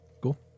Cool